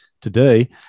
today